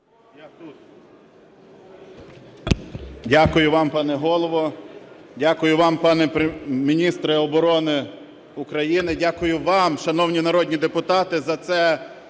Дякую вам, пане голово, дякую вам, пане міністре оборони України, дякую вам, шановні народні депутати, за це